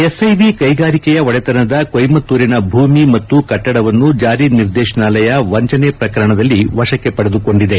SIV ಕೈಗಾರಿಕೆಯ ಒಡೆತನದ ಕೊಯಮತ್ತೂರಿನ ಭೂಮಿ ಮತ್ತು ಕಟ್ಟಡವನ್ನು ಜಾರಿ ನಿರ್ದೇಶನಾಲಯ ವಂಚನೆ ಪ್ರಕರಣದಲ್ಲಿ ವಶಕ್ಕೆ ಪಡೆದುಕೊಂಡಿದೆ